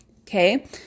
Okay